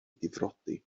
difrodi